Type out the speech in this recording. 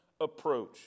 approach